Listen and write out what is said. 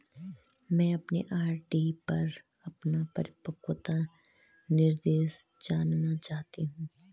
मैं अपने आर.डी पर अपना परिपक्वता निर्देश जानना चाहती हूँ